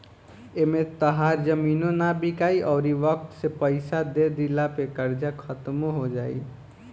एमें तहार जमीनो ना बिकाइ अउरी वक्त से पइसा दे दिला पे कर्जा खात्मो हो जाई